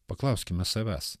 paklauskime savęs